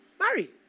marry